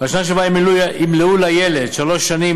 בשנה שבה ימלאו לילד שלוש שנים,